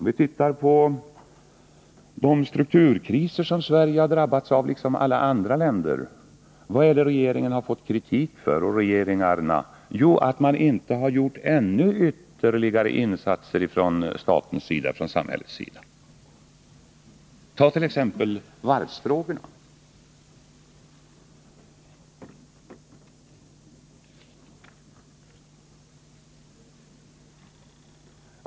Vi kan titta på de strukturkriser som Sverige liksom andra länder drabbats av. Vad är det regeringarna fått kritik för? Jo, det är för att samhället inte gjort ännu större insatser. Ta t.ex. varvsfrågorna!